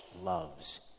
loves